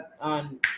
on